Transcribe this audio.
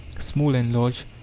small and large,